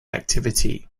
activity